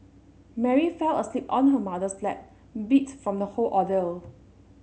Mary fell asleep on her mother's lap beat from the whole ordeal